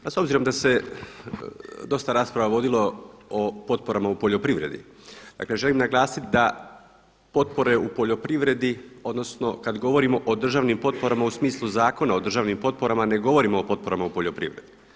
Pa s obzirom da se dosta rasprava vodilo o potporama u poljoprivredi, dakle želim naglasiti da potpore u poljoprivredi odnosno kad govorimo o državnim potporama u smislu Zakona o državnim potporama ne govorimo o potporama u poljoprivredi.